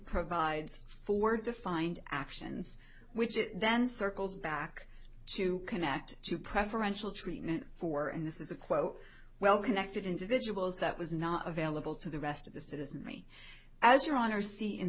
provides for defined actions which it then circles back to connect to preferential treatment for and this is a quote well connected individuals that was not available to the rest of the citizens me as your honor see in